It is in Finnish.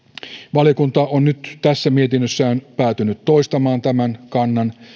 valiokunta on nyt tässä mietinnössään päätynyt toistamaan tämän kannan